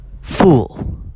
fool